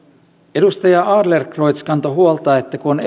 edustaja adlercreutz kantoi huolta siitä että kun on